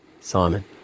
Simon